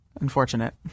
Unfortunate